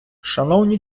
шановні